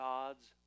God's